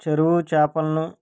చెరువు చేపలను